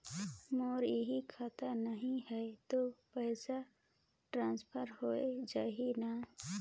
मोर इहां खाता नहीं है तो पइसा ट्रांसफर हो जाही न?